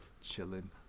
chilling